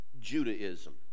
Judaism